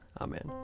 Amen